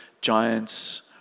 giants